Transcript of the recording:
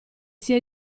sia